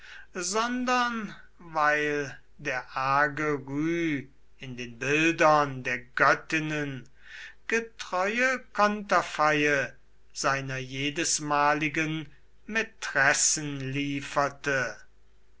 sondern weil der arge rou in den bildern der göttinnen getreue konterfeie seiner jedesmaligen mätressen lieferte